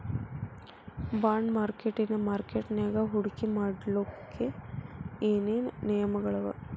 Bond ಮಾರ್ಕೆಟಿನ್ ಮಾರ್ಕಟ್ಯಾಗ ಹೂಡ್ಕಿ ಮಾಡ್ಲೊಕ್ಕೆ ಏನೇನ್ ನಿಯಮಗಳವ?